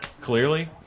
clearly